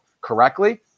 correctly